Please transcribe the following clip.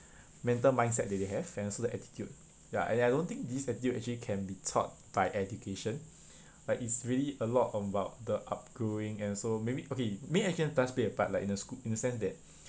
mental mindset that they have and also the attitude ya and I don't think this attitude actually can be taught by education like it's really a lot about the upgrowing and also maybe okay maybe I can does be a part like in a sch~ in the sense that